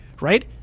Right